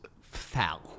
foul